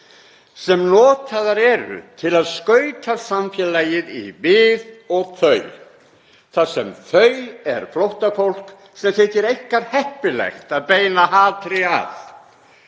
sem notaðar eru til að skauta samfélagið í „við og þau“, þar sem þau eru flóttafólk sem þykir einkar heppilegt að beina hatri að.